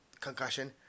concussion